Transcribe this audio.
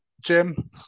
Jim